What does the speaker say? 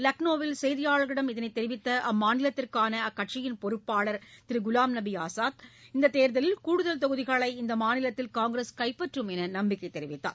லக்னோவில் செய்தியாளர்களிடம் இதனைத் தெரிவித்த அம்மாநிலத்திற்கான அக்கட்சியின் பொறுப்பாளர் திரு குலாம் நபி ஆசாத் இந்த தேர்தலில் கூடுதல் தொகுதிகளை இந்த மாநிலத்தில் காங்கிரஸ் கைப்பற்றும் என்று நம்பிக்கைத் தெரிவித்தார்